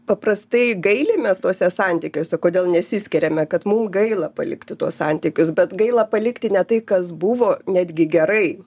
paprastai gailimės tuose santykiuose kodėl nesiskiriame kad mum gaila palikti tuos santykius bet gaila palikti ne tai kas buvo netgi gerai